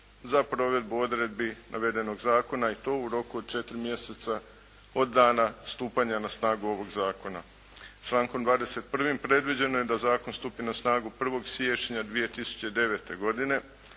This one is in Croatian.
za provedbu odredbi navedenog zakona i to u roku od 4. mjeseca od dana stupanja na snagu ovoga zakona. Člankom 21. predviđeno je da zakon stupi na snagu 1. siječnja 2009. Osim